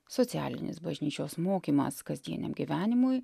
socialinis bažnyčios mokymas kasdieniam gyvenimui